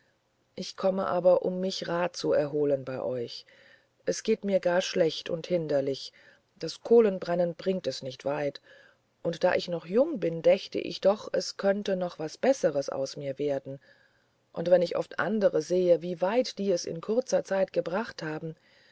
ich komme aber um mich rats zu erholen bei euch es geht mir gar schlecht und hinderlich ein kohlenbrenner bringt es nicht weit und da ich noch jung bin dächte ich doch es könnte noch was besseres aus mir werden und wenn ich oft andere sehe wie weit die es in kurzer zeit gebracht haben